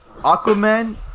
Aquaman